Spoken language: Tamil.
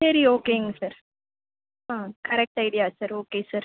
சரி ஓகேங்க சார் ஆ correct idea sir okay sir